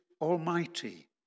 almighty